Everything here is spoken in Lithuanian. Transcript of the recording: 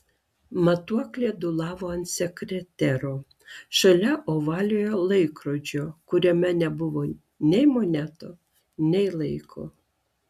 matuoklė dūlavo ant sekretero šalia ovaliojo laikrodžio kuriame nebuvo nei monetų nei laiko